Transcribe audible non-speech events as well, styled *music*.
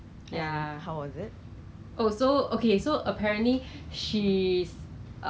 !walao! *laughs* 我的 whole life affected lor